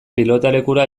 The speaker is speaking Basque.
pilotalekura